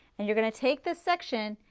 and you're going to take this section,